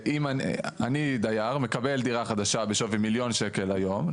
אני דייר, מקבל דירה חדשה בשווי מיליון שקל היום.